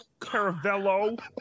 Caravello